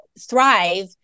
thrive